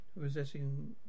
possessing